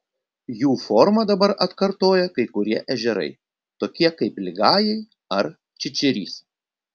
jų formą dabar atkartoja kai kurie ežerai tokie kaip ligajai ar čičirys